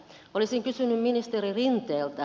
olisin kysynyt ministeri rinteeltä